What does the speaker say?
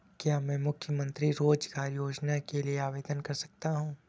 क्या मैं मुख्यमंत्री रोज़गार योजना के लिए आवेदन कर सकता हूँ?